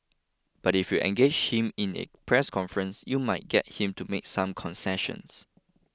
but if you engage him in a press conference you might get him to make some concessions